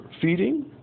feeding